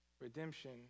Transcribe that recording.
Redemption